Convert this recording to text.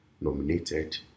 nominated